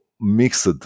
mixed